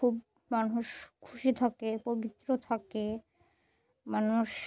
খুব মানুষ খুশি থাকে পবিত্র থাকে মানুষ